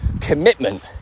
commitment